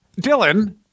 Dylan